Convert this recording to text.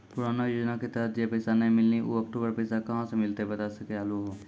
पुराना योजना के तहत जे पैसा नै मिलनी ऊ अक्टूबर पैसा कहां से मिलते बता सके आलू हो?